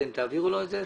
אתם תעבירו לו את זה?